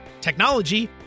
technology